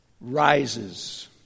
rises